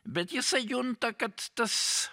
bet jisai junta kad tas